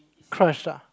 crush [;ah]